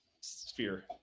sphere